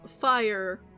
fire